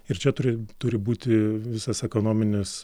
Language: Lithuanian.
ir čia turi turi būti visas ekonominis